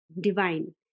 divine